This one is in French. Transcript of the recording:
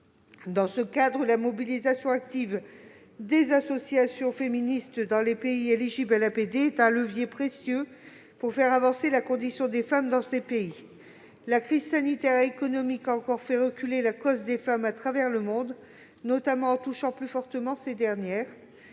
Dans ce cadre, la mobilisation active des associations féministes dans les pays éligibles à l'APD est un levier précieux pour faire avancer la condition des femmes dans ces pays. La crise sanitaire et économique a encore fait reculer la cause des femmes à travers le monde, notamment en touchant plus fortement ces dernières.